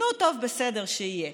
נו, טוב, בסדר, שיהיה.